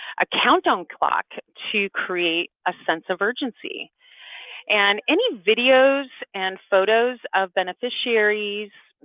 a countdown clock to create a sense of urgency and any videos and photos of beneficiaries,